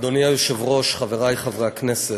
אדוני היושב-ראש, חברי חברי הכנסת,